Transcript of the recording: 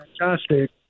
fantastic